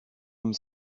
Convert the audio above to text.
homme